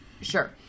Sure